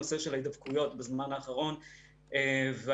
הנושא של ההידבקויות בזמן האחרון וההתפרצויות.